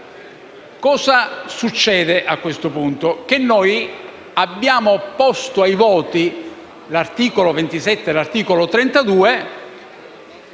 Cosa succede a questo punto? Noi abbiamo posto ai voti l'articolo 27 e l'articolo 32